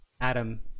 Adam